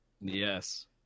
Yes